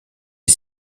est